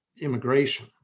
immigration